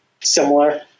similar